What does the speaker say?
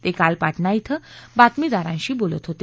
ते काल पाटणा इथं बातमीदारांशी बोलत होते